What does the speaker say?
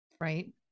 right